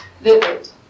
vivid